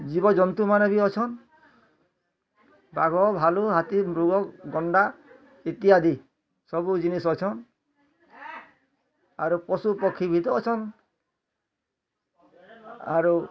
ଜୀବ ଜନ୍ତୁ ମାନେ ବି ଅଛନ୍ ବାଘ ଭାଲୁ ହାତୀ ମୃଗ ଗଣ୍ଡା ଇତ୍ୟାଦି ସବୁ ଜିନିଷ୍ ଅଛନ୍ ଆରୁ ପଶୁ ପକ୍ଷୀ ବି ତ ଅଛନ୍ ଆରୁ